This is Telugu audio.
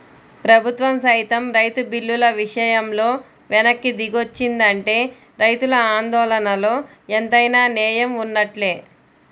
ప్రభుత్వం సైతం రైతు బిల్లుల విషయంలో వెనక్కి దిగొచ్చిందంటే రైతుల ఆందోళనలో ఎంతైనా నేయం వున్నట్లే